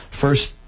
First